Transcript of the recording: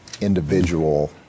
individual